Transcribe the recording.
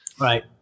Right